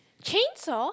chainsaw